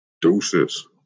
Deuces